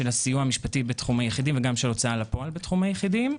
של הסיוע המשפטי בתחום היחידים וגם של הוצאה לפועל בתחום היחידים.